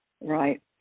right